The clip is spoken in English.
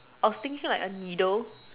I was thinking like a needle